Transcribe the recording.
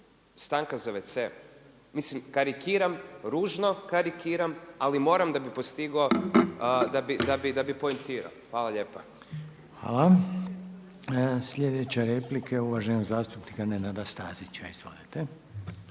stanka za wc? Mislim karikiram, ružno karikiram ali moram da bi postigao, da bi poentirao. Hvala lijepa. **Reiner, Željko (HDZ)** Hvala. Sljedeća replika je uvaženog zastupnika Nenada Stazića. Izvolite.